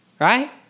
right